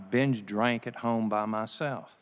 binge drank at home by myself